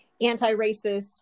anti-racist